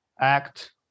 act